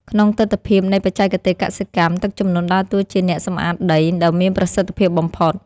ក្នុងទិដ្ឋភាពនៃបច្ចេកទេសកសិកម្ម ទឹកជំនន់ដើរតួជា អ្នកសម្អាតដី ដ៏មានប្រសិទ្ធភាពបំផុត។